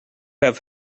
have